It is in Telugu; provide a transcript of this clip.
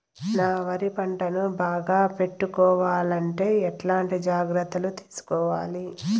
నా వరి పంటను బాగా పెట్టుకోవాలంటే ఎట్లాంటి జాగ్రత్త లు తీసుకోవాలి?